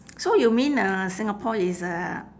so you mean uh singapore is a